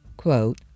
Quote